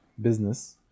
business